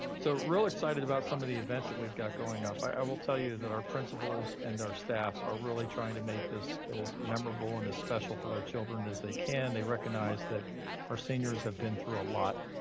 so real excited about some of the events that we've got going up. i will tell you that our principals and our staffs are really trying to make this as memorable and as special for their children as they can. they recognize that our seniors have been through a lot.